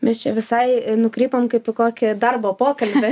mes čia visai nukrypom kaip į kokį darbo pokalbį